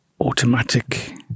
automatic